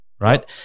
Right